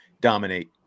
dominate